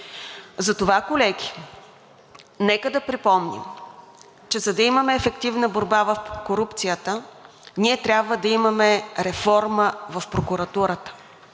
орган. Колеги, нека да припомня, че за да имаме ефективна борба с корупцията, ние трябва да имаме реформа в прокуратура